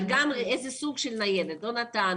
אבל השאלה גם איזה סוג של ניידת - נט"ן